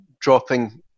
dropping